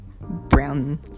brown